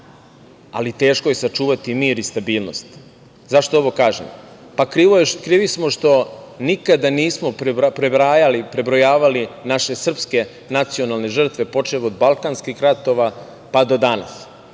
ali teško je sačuvati mir i stabilnost.Zašto ovo kažem? Pa, krivi smo što nikada nismo prebrojavali naše srpske nacionalne žrtve počev od balkanskih ratova, pa do danas.